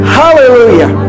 hallelujah